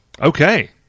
Okay